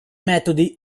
metodi